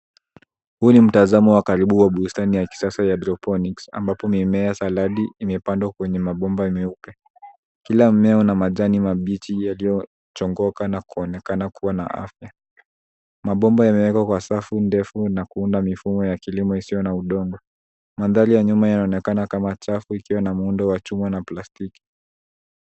Huu ni mtazamo wa karibu wa bustani ya kisasa ya hydroponics ambapo mimea ya saladi imepandwa kwenye mabomba meupe. Kila mmea una majani mabichi yaliyochongoka na kuonekana kuwaq na afya. Mabomba yamewekwa kwa safu ndefu na kuunda mifumo ya kilimo isiyo na udongo. Mandhari ya nyuma yanaonekana kama chafu ikiwa na muundo wa chuma na plastiki.